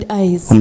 eyes